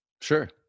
sure